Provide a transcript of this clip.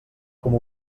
com